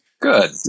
Good